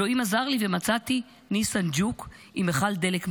אלוהים עזר לי ומצאתי ניסאן ג'וק עם מכל דלק מלא.